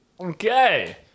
Okay